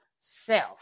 self